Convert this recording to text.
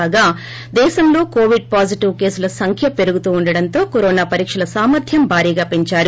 కాగా దేశంలో covid positive కేసులు సంఖ్య పెరుగుతుండటంతో కరోనా పరీక్షల సామర్షం భారీగా పెంచారు